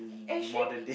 actually